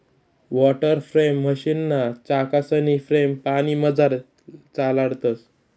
water frame मशीनना चाकसनी frame पानीमझार चालाडतंस